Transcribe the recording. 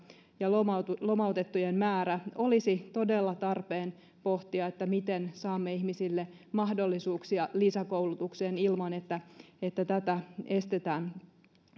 ja lomautettujen määrän olisi todella tarpeen pohtia miten saamme ihmisille mahdollisuuksia lisäkoulutukseen ilman että että tätä estetään